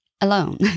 alone